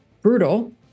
brutal